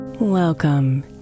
Welcome